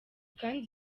kandi